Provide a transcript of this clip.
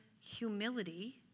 humility